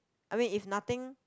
I mean if nothing